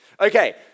Okay